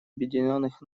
объединенных